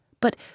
But